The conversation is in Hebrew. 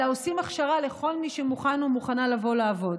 אלא עושים הכשרה לכל מי שמוכן או מוכנה לבוא לעבוד.